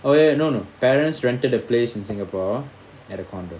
oh ya no no parents rented a place in singapore at a condo